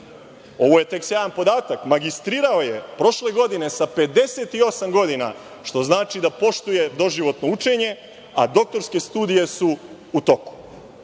Ovo je tek sjajan podatak. Magistrirao je prošle godine sa 58 godina, što znači da poštuje doživotno učenje, a doktorske studije su u toku.